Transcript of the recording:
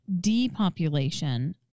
depopulation